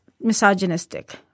misogynistic